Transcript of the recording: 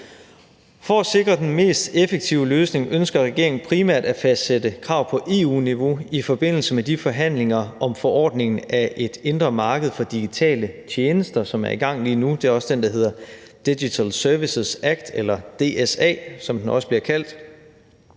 For at sikre den mest effektive løsning, ønsker regeringen primært at fastsætte krav på EU-niveau i forbindelse med de forhandlinger om forordningen af et indre marked for digitale tjenester, som er i gang lige nu. Det er også den, der hedder Digital Services Act, eller DSA, som den også bliver kaldt.